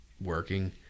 working